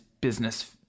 business